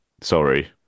sorry